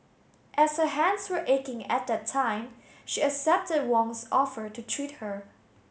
as her hands were aching at that time she accepted Wong's offer to treat her